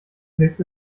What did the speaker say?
hilft